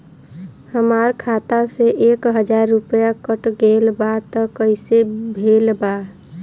हमार खाता से एक हजार रुपया कट गेल बा त कइसे भेल बा?